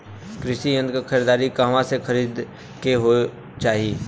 कृषि यंत्र क खरीदारी कहवा से खरीदे के चाही?